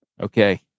Okay